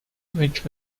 which